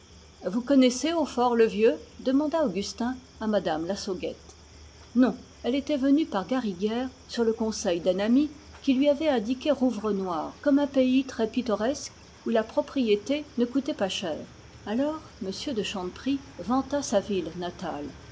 vous connaissez hautfort le vieux demanda augustin à mme lassauguette non elle était venue par gariguières sur le conseil d'un ami qui lui avait indiqué rouvrenoir comme un pays très pittoresque où la propriété ne coûtait pas cher alors m de chanteprie vanta sa ville natale